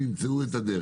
הם ימצאו את הדרך.